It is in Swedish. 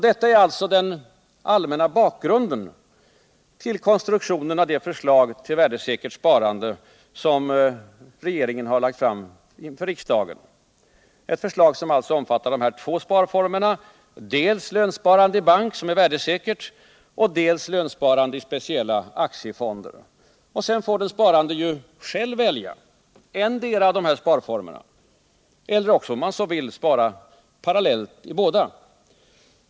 Detta är den allmänna bakgrunden till konstruktionen av det förslag till värdesäkert sparande som regeringen har lagt fram inför riksdagen, ett förslag som alltså omfattar två sparformer: dels lönsparande i bank som är värdesäkert, dels lönsparande i speciella aktiefonder. Sedan får den sparande själv välja endera av de här sparformerna eller, om han så vill, spara parallellt i båda.